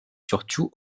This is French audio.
surtout